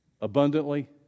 abundantly